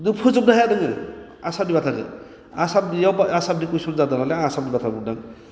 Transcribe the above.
खिनथु फोजोबनो हाया नोङो आसामनि बाथ्राखौ आसामनियाव आसामनि कुइसन जादों नालाय आं आसामनि बाथ्रा बुंदों